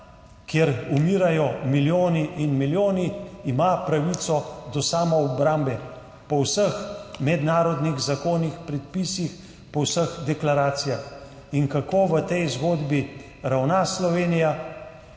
kjer umirajo milijoni in milijoni, ima pravico do samoobrambe po vseh mednarodnih zakonih, predpisih, po vseh deklaracijah. Kako v tej zgodbi ravna Slovenija?